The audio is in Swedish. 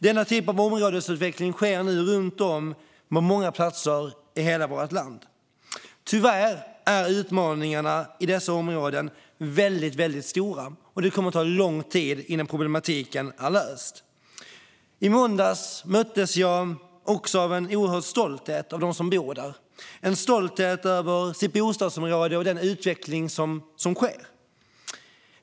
Den typen av områdesutveckling sker nu på många platser runt om i landet. Tyvärr är utmaningarna i dessa områden stora, och det kommer att ta lång tid innan problematiken är löst. I måndags möttes jag också av en stor stolthet hos dem som bor i Drottninghög - en stolthet över bostadsområdet och den utveckling som sker.